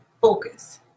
focus